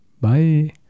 bye